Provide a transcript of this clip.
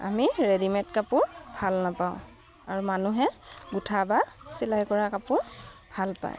আমি ৰেডিমেড কাপোৰ ভাল নাপাওঁ আৰু মানুহে গোঁঠা বা চিলাই কৰা কাপোৰ ভাল পায়